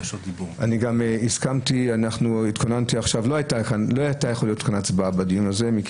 לא היתה יכולה להיות כאן הצבעה בדיון הזה, כי